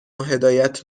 هدایت